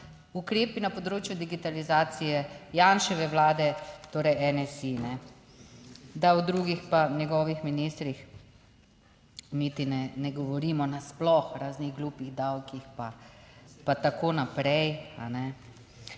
ukrepi na področju digitalizacije Janševe vlade, torej NSi ne, da o drugih pa njegovih ministrih niti ne govorimo, nasploh o raznih glupih davkih, pa tako naprej,